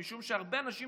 משום שהרבה אנשים